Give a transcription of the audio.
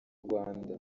rwanda